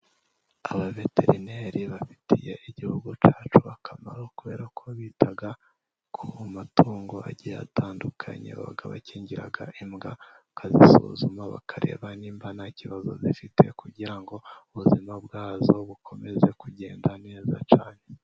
Abaveterineri bafitiye igihugu cyacu akamaro kubera ko bita ku matungo agiye atandukanyega. Bakingira imbwa, bakazisuzuma bakareba niba nta kibazo zifite kugira ngo ubuzima bwazo bukomeze kugenda neza cyane.